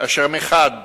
אשר מחד